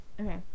Okay